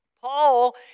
Paul